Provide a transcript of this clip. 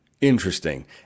interesting